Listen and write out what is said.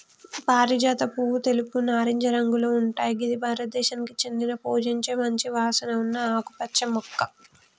పారిజాత పువ్వు తెలుపు, నారింజ రంగులో ఉంటయ్ గిది భారతదేశానికి చెందిన పూజించే మంచి వాసన ఉన్న ఆకుపచ్చ మొక్క